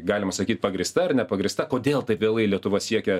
galima sakyt pagrįsta ar nepagrįsta kodėl taip vėlai lietuva siekia